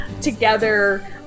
together